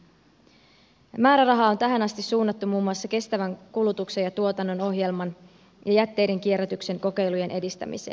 määrärahaa on tähän asti suunnattu muun muassa kestävän kulutuksen ja tuotannon ohjelman ja jätteiden kierrätyksen kokeilujen edistämiseen